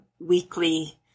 weekly